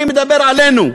אני מדבר עלינו.